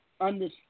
Understand